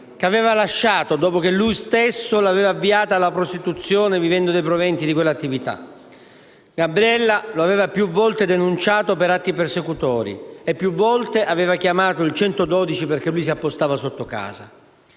che aveva lasciato dopo che lui stesso l'aveva avviata alla prostituzione vivendo dei proventi di quell'attività. Gabriella lo aveva più volte denunciato per atti persecutori e più volte aveva chiamato il 112 perché lui si appostava sotto casa.